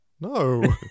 No